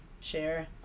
share